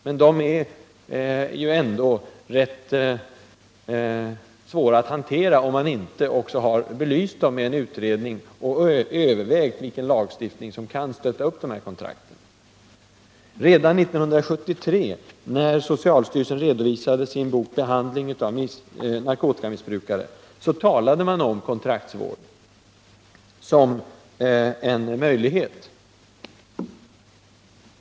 Men dessa är rätt svåra att hantera, och det är därför angeläget att de får belysas i en utredning och att det övervägs om en lagstiftning kan stötta upp dessa kontrakt. Redan 1973, när socialstyrelsen redovisade boken Behandling av narkotikamissbrukare, angav man kontraktsvård som en möjlighet.